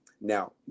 now